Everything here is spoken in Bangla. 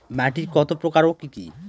মাটি কতপ্রকার ও কি কী?